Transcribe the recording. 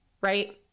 Right